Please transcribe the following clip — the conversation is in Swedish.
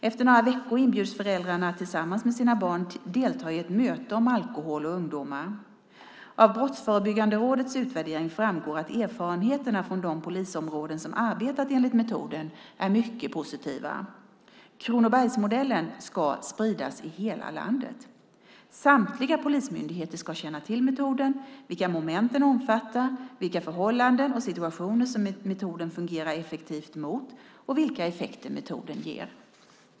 Efter några veckor inbjuds föräldrarna att tillsammans med sina barn delta i ett möte om alkohol och ungdomar. Av Brottsförebyggande rådets utvärdering framgår att erfarenheterna från de polisområden som arbetat enligt metoden är mycket positiva. Kronobergsmodellen ska spridas i hela landet. Samtliga polismyndigheter ska känna till metoden, vilka moment den omfattar, vilka förhållanden och situationer som metoden fungerar effektivt mot och vilka effekter metoden ger.